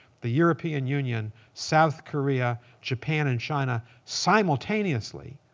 the european union, south korea, japan, and china simultaneously,